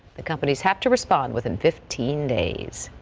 the companies have to respond within fifteen days.